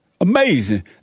Amazing